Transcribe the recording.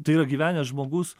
tai yra gyvenęs žmogus